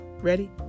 Ready